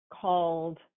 called